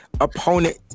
opponent